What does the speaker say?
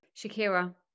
Shakira